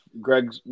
Greg